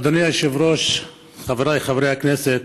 אדוני היושב-ראש, חבריי חברי הכנסת,